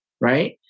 right